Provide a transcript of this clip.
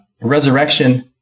resurrection